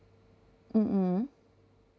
mm mm